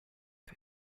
can